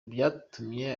vyatumye